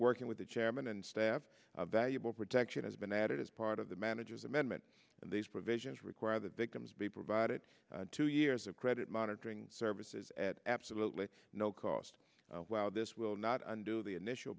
working with the chairman and staff valuable protection has been added as part of the manager's amendment and these provisions require that victims be provided two years of credit monitoring services at absolutely no cost this will not undo the initial